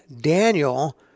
Daniel